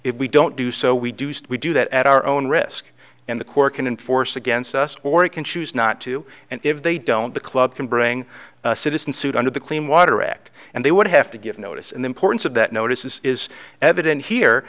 if we don't do so we do so we do that at our own risk and the court can enforce against us or we can choose not to and if they don't the club can bring citizen suit under the clean water act and they would have to give notice and the importance of that notice is is evident here